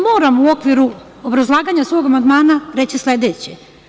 Moram u okviru obrazlaganja svog amandmana reći sledeće.